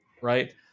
right